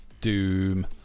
Doom